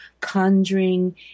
conjuring